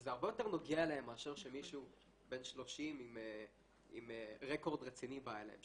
וזה הרבה יותר נוגע אליהם מאשר שמישהו בן 30 עם רקורד רציני בא אליהם.